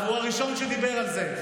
והוא הראשון שדיבר על זה.